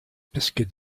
biscuit